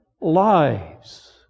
lives